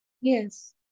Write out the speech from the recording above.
Yes